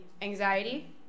Anxiety